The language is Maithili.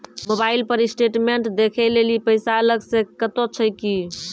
मोबाइल पर स्टेटमेंट देखे लेली पैसा अलग से कतो छै की?